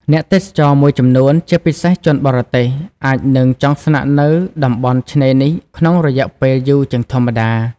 អ្នកទេសចរមួយចំនួន ជាពិសេសជនបរទេស អាចនឹងចង់ស្នាក់នៅតំបន់ឆ្នេរនេះក្នុងរយៈពេលយូរជាងធម្មតា។